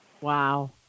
Wow